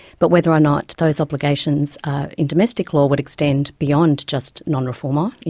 but whether or not those obligations in domestic law would extend beyond just non-reforma, you